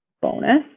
bonus